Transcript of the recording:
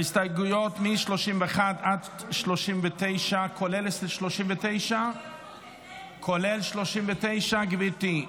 ההסתייגויות מ-31 עד 39, כולל 39, גברתי?